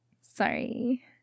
sorry